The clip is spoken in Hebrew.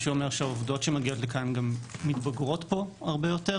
מה שאומר שהעובדות שמגיעות לכאן מתבגרות פה הרבה יותר,